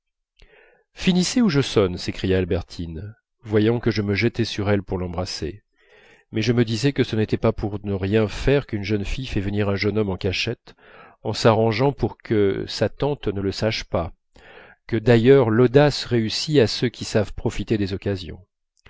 finissez ou je sonne s'écria albertine voyant que je me jetais sur elle pour l'embrasser mais je me disais que ce n'était pas pour rien faire qu'une jeune fille fait venir un jeune homme en cachette en s'arrangeant pour que sa tante ne le sache pas que d'ailleurs l'audace réussit à ceux qui savent profiter des occasions